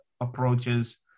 approaches